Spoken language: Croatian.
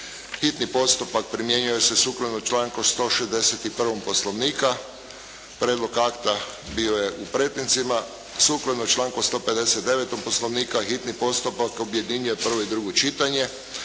Hitni postupak primjenjuje se sukladno članku 161. Poslovnika. Prijedlog akta bio je u pretincima. Sukladno članku 159. Poslovnika, hitni postupak, objedinjuje prvo i drugo čitanje.